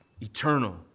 eternal